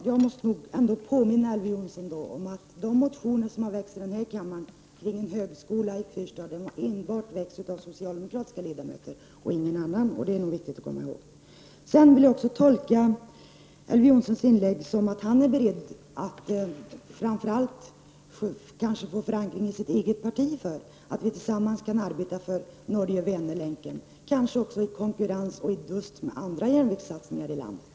Herr talman! Jag måste påminna Elver Jonsson om att de motioner som har väckts i denna kammare om en högskola har väckts enbart av socialdemokratiska ledamöter och inga andra — det är viktigt att komma ihåg. Jag vill också tolka Elver Jonssons inlägg så att han är beredd att framför allt få förankring i sitt eget parti för att vi tillsammans kan arbeta för Norge Väner-länken, kanske också i konkurrens med andra järnvägssatsningar i landet.